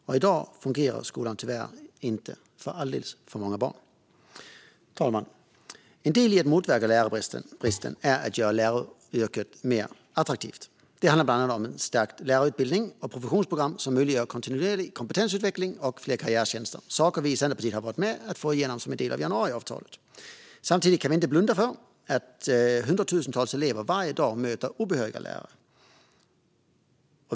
Och i dag fungerar skolan tyvärr inte för alldeles för många barn. Fru talman! En del i att motverka lärarbristen är att göra läraryrket mer attraktivt. Det handlar bland annat om en stärkt lärarutbildning och professionsprogram som möjliggör kontinuerlig kompetensutveckling och fler karriärtjänster. Detta är saker som vi i Centerpartiet har varit med om att få igenom som del av januariavtalet. Samtidigt kan vi inte blunda för att hundratusentals elever varje dag möter obehöriga lärare.